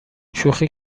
شوخی